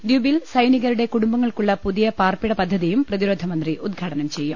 ദ്വീപിൽ സൈനികരുടെ കുടുംബങ്ങൾക്കുള്ള പുതിയ പാർപ്പിട പദ്ധതിയും പ്രതിരോധമന്ത്രി ഉദ്ഘാടനം ചെയ്യും